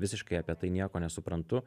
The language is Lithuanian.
visiškai apie tai nieko nesuprantu